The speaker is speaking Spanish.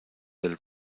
del